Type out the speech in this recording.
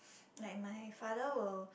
like my father will